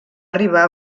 arribar